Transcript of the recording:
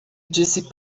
disse